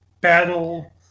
battle